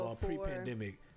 pre-pandemic